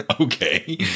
Okay